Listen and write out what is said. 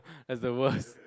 as the worst